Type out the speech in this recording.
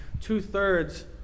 two-thirds